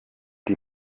die